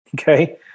Okay